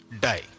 die